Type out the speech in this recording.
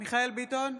מיכאל מרדכי ביטון,